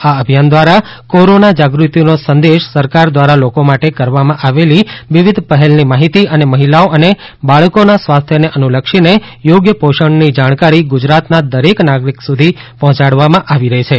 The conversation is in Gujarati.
આ અભિયાન દ્વારા કોરોના જાગૃતિનો સંદેશ સરકાર દ્વારા લોકો માટે કરવામાં આવેલી વિવિધ પહેલની માહિતી અને મહિલાઓ અને બાળકોના સ્વાસ્થ્યને અનુલક્ષીને યોગ્ય પોષણની જાણકારી ગુજરાતના દરેક નાગરિક સુધી પહોંચાડવામાં આવી રહી છે